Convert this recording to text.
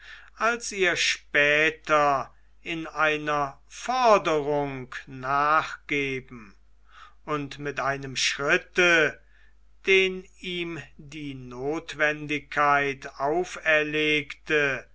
als ihr später in einer forderung nachgeben und mit einem schritte den ihm die notwendigkeit auferlegte